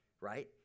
right